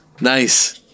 Nice